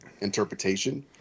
interpretation